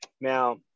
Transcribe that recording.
Now